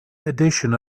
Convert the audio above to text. edition